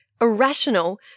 irrational